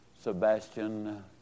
Sebastian